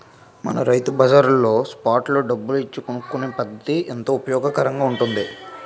మన రైతు బజార్లో స్పాట్ లో డబ్బులు ఇచ్చి కొనుక్కునే పద్దతి ఎంతో ఉపయోగకరంగా ఉంటుంది